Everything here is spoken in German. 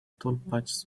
tollpatsches